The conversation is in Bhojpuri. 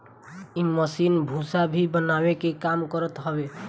इ मशीन भूसा भी बनावे के काम करत हवे